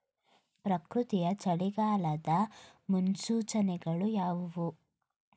ಪ್ರಕೃತಿಯ ಚಳಿಗಾಲದ ಮುನ್ಸೂಚನೆಗಳು ಯಾವುವು?